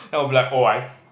then I'll be like oh I I took